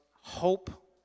hope